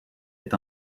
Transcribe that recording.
est